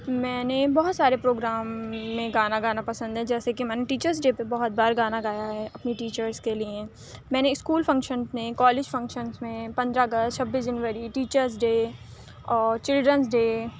میں نے بہت سارے پروگرام میں گانا گانا پسند ہے جیسے کہ میں نے ٹیچرس ڈے پر بہت بار گانا گایا ہے اپنی ٹیچرس کے لیے میں نے اسکول فنکشن میں کالج فنکشنس میں پندرہ اگست چھبیس جنوری ٹیچرس ڈے اور چلڈرنس ڈے